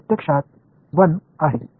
இதன் மதிப்பு உண்மையில் 1 ஆகும்